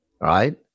right